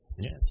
Yes